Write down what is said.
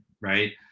right